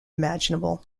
imaginable